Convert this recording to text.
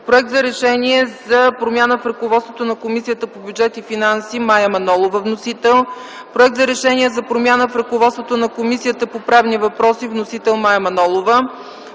Проект за решение за промяна в ръководството на Комисията по бюджет и финанси. Вносител – Мая Манолова. Проект за решение за промяна в ръководството на Комисията по правни въпроси. Вносител – Мая Манолова.